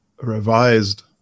revised